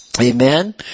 Amen